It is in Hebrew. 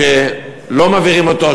שלא מעבירים אותו,